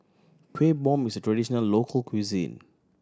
Kuih Bom is a traditional local cuisine